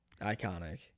Iconic